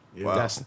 Wow